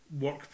work